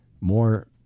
more